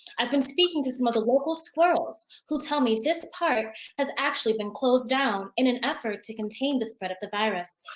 i've been speaking to some of the local squirrels who tell me this park has actually been closed down in an effort to contain the spread of the virus.